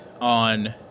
on